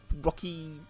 rocky